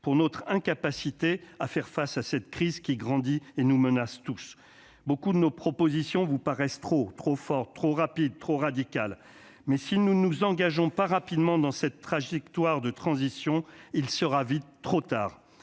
pour notre incapacité à faire face à cette crise qui grandit et nous menace tous, beaucoup de nos propositions vous paraissent trop trop fort, trop rapide, trop mais si nous ne nous engageons pas rapidement dans cette trajectoire de transition, il sera vite trop tard,